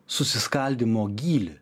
susiskaldymo gylį